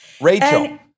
Rachel